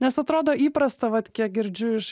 nes atrodo įprasta vat kiek girdžiu iš